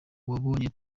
ubonye